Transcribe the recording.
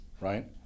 right